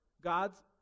God's